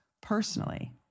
personally